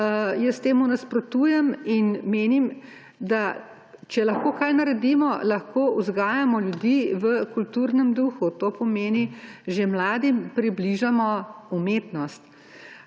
jaz temu nasprotujem. In menim, da če lahko kaj naredimo, lahko vzgajamo ljudi v kulturnem duhu. To pomeni, že mladim približamo umetnost.